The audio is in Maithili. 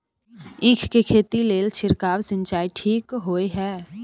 ईख के खेती के लेल छिरकाव सिंचाई ठीक बोय ह?